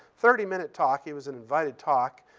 thirty minute talk. he was an invited talk.